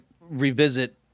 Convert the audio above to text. revisit